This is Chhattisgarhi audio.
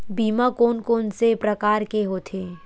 बीमा कोन कोन से प्रकार के होथे?